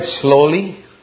slowly